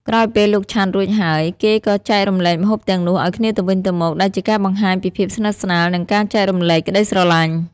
ក្រោយពេលលោកឆាន់រួចហើយ គេក៏ចែករំលែកម្ហូបទាំងនោះឲ្យគ្នាទៅវិញទៅមក ដែលជាការបង្ហាញពីភាពស្និតស្នាល និងការចែករំលែកក្ដីស្រឡាញ់។